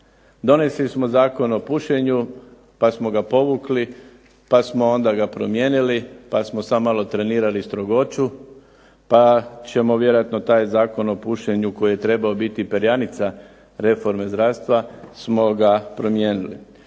Donijeli smo Zakon o pušenju pa smo ga povukli, pa smo onda ga promijenili, pa smo sad malo trenirali strogoću. Pa ćemo vjerojatno taj Zakon o pušenju koji je trebao biti perjanica reforme zdravstva smo ga promijenili.